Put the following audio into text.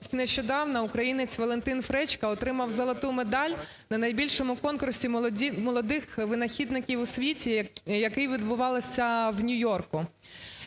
нещодавно українець ВалентинФречка отримав золоту медаль на найбільшому конкурсі молодих винахідників у світі, який відбувався в Нью-Йорку.